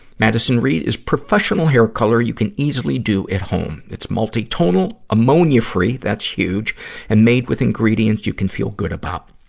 madison reed is professional hair color you can easily do at home. it's multi-tonal, ammonia-free that's huge and made with ingredients you can feel good about.